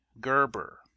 Gerber